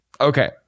Okay